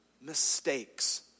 mistakes